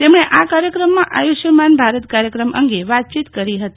તેમણે આ કાર્યક્રમમાં આયુષ્માન ભારત કાર્યક્રમ અંગે વાતચીત કરી હતી